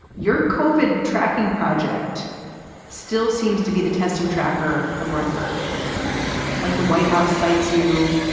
you're covered. tracking project still seems to be the testing tracker of record like the white house cites you.